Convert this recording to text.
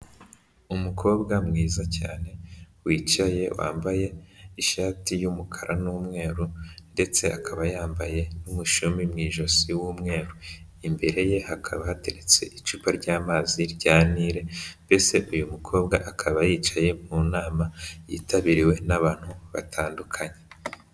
Umukobwa mwiza cyane, wicaye wambaye ishati y'umukara n'umweru ndetse akaba yambaye n'umushumi mu ijosi w'umweru, imbere ye hakaba hateretse icupa ry'amazi rya Nile, mbese uyu mukobwa akaba yicaye mu nama yitabiriwe n'abantu batandukanye.